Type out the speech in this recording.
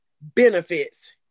benefits